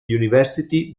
university